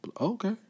Okay